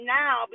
now